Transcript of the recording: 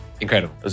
Incredible